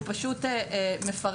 הוא פשוט מפרט